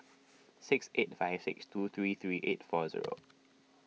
six eight five six two three three eight four zero